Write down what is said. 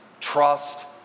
trust